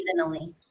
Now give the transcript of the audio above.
Seasonally